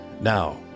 Now